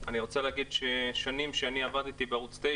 אני רוצה להגיד ששנים שאני עבדתי בערוץ 9